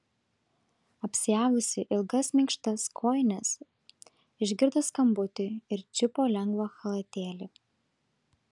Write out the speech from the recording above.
apsiavusi ilgas minkštas kojines išgirdo skambutį ir čiupo lengvą chalatėlį